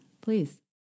please